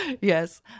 Yes